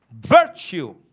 virtue